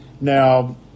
Now